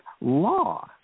law